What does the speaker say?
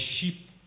sheep